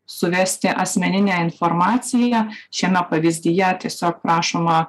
suvesti asmeninę informaciją šiame pavyzdyje tiesiog prašoma